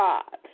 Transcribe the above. God